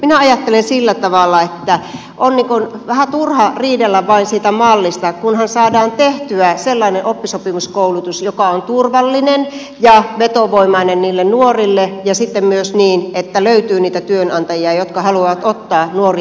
minä ajattelen sillä tavalla että on vähän turha riidellä vain siitä mallista kunhan saadaan tehtyä sellainen oppisopimuskoulutus joka on turvallinen ja vetovoimainen niille nuorille ja sitten myös niin että löytyy niitä työnantajia jotka haluavat ottaa nuoria sinne koulutukseen